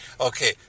Okay